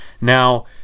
now